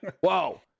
whoa